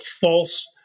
false